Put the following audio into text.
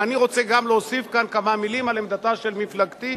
ואני רוצה גם להוסיף כאן כמה מלים על עמדתה של מפלגתי,